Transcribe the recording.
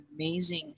amazing